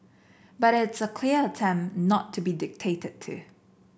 but it's a clear attempt not to be dictated to